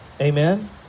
Amen